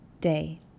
day